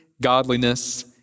godliness